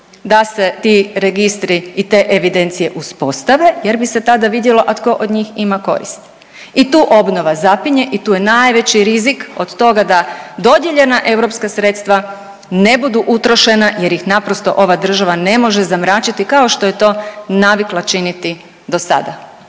da se ti registri i te evidencije uspostave jer bi se tada vidjelo, a tko od njih ima korist. I tu obnova zapinje i tu je najveći rizik od toga da dodijeljena europska sredstva ne budu utrošena jer ih naprosto ova država ne može zamračiti kao što je to navikla činiti do sada.